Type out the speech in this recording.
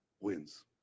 wins